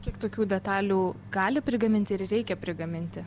kiek tokių detalių gali prigaminti ir reikia prigaminti